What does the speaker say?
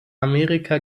amerika